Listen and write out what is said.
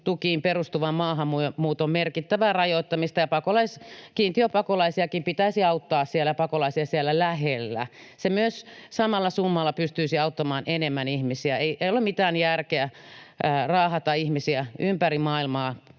perustuvan maahanmuuton merkittävää rajoittamista, ja kiintiöpakolaisiakin pitäisi auttaa siellä lähellä. Silloin myös samalla summalla pystyisi auttamaan enemmän ihmisiä. Ei ole mitään järkeä raahata ihmisiä ympäri maailmaa